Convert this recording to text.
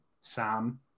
Sam